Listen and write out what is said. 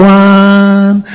one